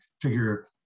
figure